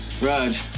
Raj